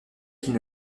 qu’il